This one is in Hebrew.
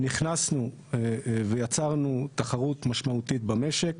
נכנסנו ויצרנו תחרות משמעותית במשק.